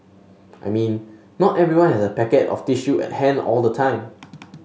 I mean not everyone has a packet of tissue at hand all the time